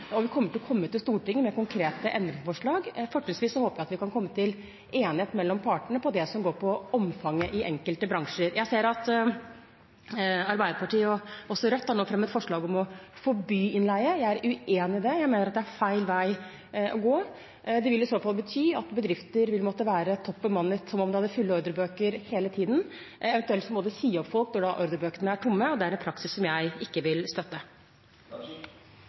og vi kommer til Stortinget med konkrete endringsforslag. Fortrinnsvis håper jeg at partene kan komme til enighet om det som går på omfanget i enkelte bransjer. Jeg ser at Arbeiderpartiet og også Rødt nå har fremmet forslag om å forby innleie. Jeg er uenig i det. Jeg mener det er feil vei å gå. Det vil i så fall bety at bedrifter vil måtte være toppbemannet, som om de hadde fulle ordrebøker hele tiden. Eventuelt må de si opp folk når ordrebøkene er tomme – og det er en praksis som jeg ikke vil støtte.